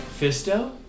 Fisto